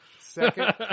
Second